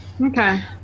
Okay